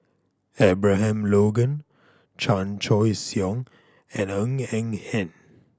Abraham Logan Chan Choy Siong and Ng Eng Hen